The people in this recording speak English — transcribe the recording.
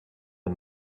the